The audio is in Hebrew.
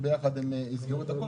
ויחד הם יסגרו את הכול.